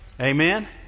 Amen